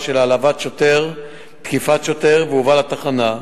של העלבת שוטר ותקיפת שוטר והובא לתחנה,